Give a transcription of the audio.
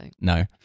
No